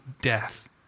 death